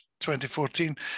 2014